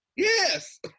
Yes